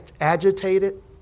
agitated